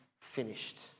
finished